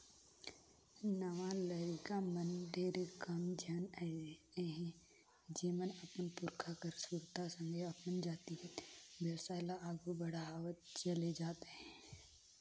नावा लरिका मन में ढेरे कम झन अहें जेमन अपन पुरखा कर सुरता संघे अपन जातिगत बेवसाय ल आघु बढ़ावत चले जात अहें